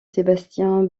sébastien